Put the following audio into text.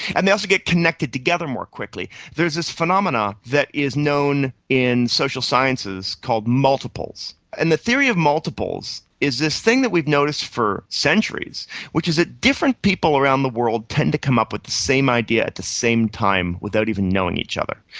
and they also get connected together more quickly. there is this phenomenon that is known in social sciences called multiples, and the theory of multiples is this thing that we've noticed for centuries which is that different people around the world tend to come up with the same idea at the same time without even knowing each other.